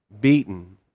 beaten